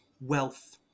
wealth